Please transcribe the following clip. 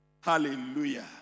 Hallelujah